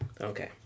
Okay